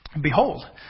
behold